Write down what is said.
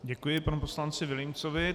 Děkuji panu poslanci Vilímcovi.